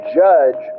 judge